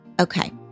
Okay